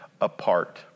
apart